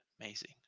Amazing